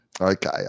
Okay